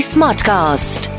Smartcast